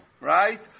right